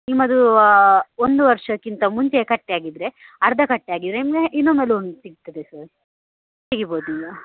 ನಿಮ್ಮದು ಒಂದು ವರ್ಷಕ್ಕಿಂತ ಮುಂಚೆ ಕಟ್ಟಿ ಆಗಿದ್ದರೆ ಅರ್ಧ ಕಟ್ಟಿ ಆಗಿದ್ದರೆ ಮೆ ಇನ್ನೊಮ್ಮೆ ಲೋನ್ ಸಿಗ್ತದೆ ಸರ್ ತೆಗಿಬೋದು ಈಗ